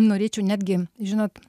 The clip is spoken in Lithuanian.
norėčiau netgi žinot